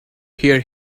hear